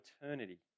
eternity